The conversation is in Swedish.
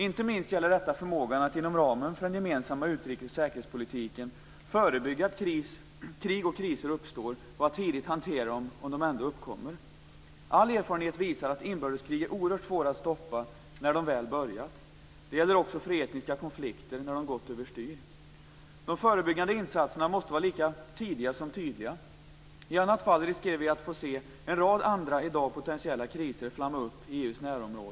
Inte minst gäller detta förmågan att inom ramen för den gemensamma utrikes och säkerhetspolitiken förebygga att krig och kriser uppstår och att tidigt hantera dem om de ändå uppkommer. All erfarenhet visar att inbördeskrig är oerhört svåra att stoppa när de väl har börjat. Det gäller också för etniska konflikter när de gått över styr. De förebyggande insatserna måste vara lika tidiga som tydliga. I annat fall riskerar vi att få se en rad andra i dag potentiella kriser flamma upp i EU:s närområde.